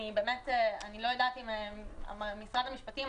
אני לא יודעת אם משרד המשפטים,